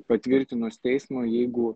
patvirtinus teismo jeigu